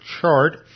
chart